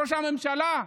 וראש הממשלה,